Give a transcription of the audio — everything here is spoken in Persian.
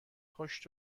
پشت